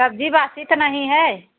सब्ज़ी बासी तो नहीं है